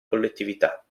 collettività